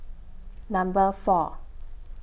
Number four